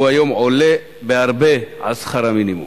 והוא היום עולה בהרבה על שכר המינימום.